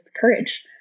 courage